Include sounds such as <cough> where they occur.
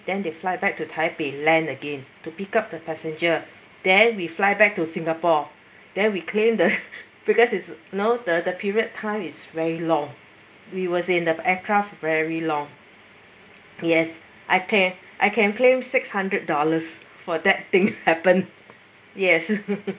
then they fly back to taipei land again to pick up the passenger then we fly back to singapore then we claimed the <laughs> because it's you know the the period time is very long we were in the aircraft very long yes I can I can claim six hundred dollars for that thing happened <laughs> yes